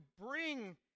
bring